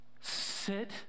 Sit